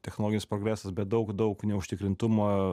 technologinis progresas bet daug daug neužtikrintumo